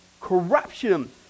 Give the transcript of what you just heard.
Corruption